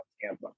tampa